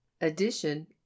Addition